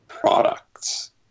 products